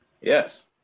Yes